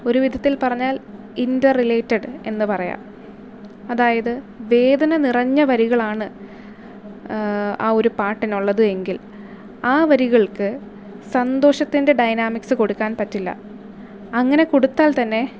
ഒരുവിധത്തിൽ പറഞ്ഞാൽ ഇന്റർറിലേറ്റഡ് എന്നു പറയാം അതായത് വേദന നിറഞ്ഞ വരികളാണ് ആ ഒരു പാട്ടിന് ഉള്ളത് എങ്കിൽ ആ വരികൾക്ക് സന്തോഷത്തിൻ്റെ ഡയനാമിക്സ് കൊടുക്കാൻ പറ്റില്ല അങ്ങനെ കൊടുത്താൽ തന്നെ